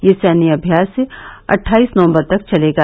यह सैन्य अभ्यास अट्ठाईस नवम्बर तक चलेगा